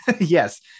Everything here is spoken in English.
Yes